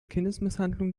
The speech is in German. kindesmisshandlung